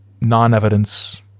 non-evidence